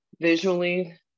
visually